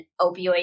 opioid